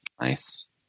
Nice